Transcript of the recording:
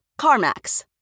CarMax